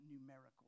numerical